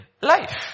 life